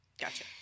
gotcha